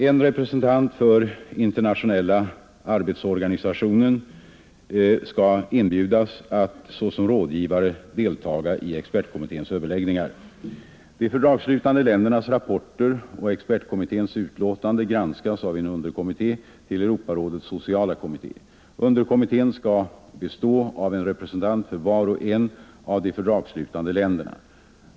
En representant för internationella arbetsorganisationen skall inbjudas att såsom rådgivare deltaga i expertkommitténs överläggningar. De fördragsslutande ländernas rapporter och expertkommitténs utlåtande granskas av en underkommitté till Europarådets sociala kommitté. Underkommittén skall bestå av en representant för var och en av de fördragsslutande länderna.